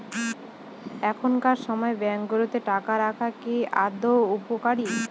এখনকার সময় ব্যাঙ্কগুলোতে টাকা রাখা কি আদৌ উপকারী?